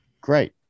great